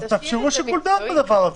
תאפשרו שיקול דעת בדבר הזה.